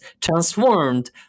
transformed